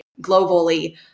globally